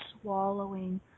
swallowing